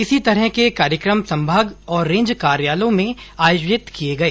इसी तरह के कार्यकम संभाग और रेंज कार्यालयों में आयोजित किए गए